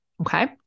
Okay